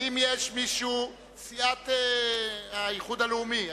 סיעת האיחוד הלאומי,